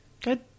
Good